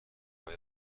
قوی